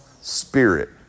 spirit